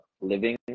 living